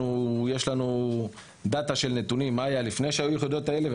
יש לנו דאטה של נתונים מה היה לפני שהיחידות האלה היו